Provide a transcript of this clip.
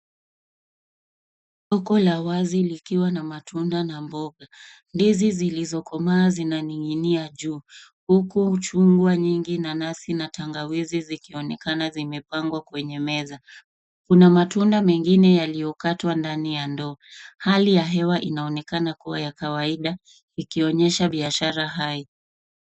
Soko lwa wazi likiwa na matunda na mboga. Ndizi zilizokomaa zikining'inia juu huku chungwa nyingi, nanasi na tangawizi zikionekana zimepangwa kwenye meza. Kuna matunda mengine yaliyokatwa ndani ya ndoo. hali ya hewa inaonekana kuwa ya kawaida ikionyesha biashara hai.